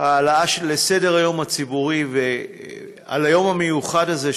העלאה על סדר-היום הציבורי של הנושא הזה,